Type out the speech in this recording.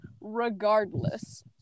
regardless